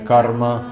Karma